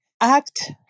act